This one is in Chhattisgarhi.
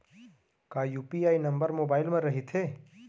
का यू.पी.आई नंबर मोबाइल म रहिथे?